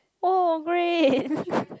oh great